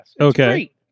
Okay